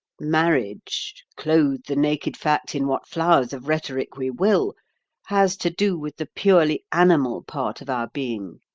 marriage clothe the naked fact in what flowers of rhetoric we will has to do with the purely animal part of our being.